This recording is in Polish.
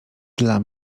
dla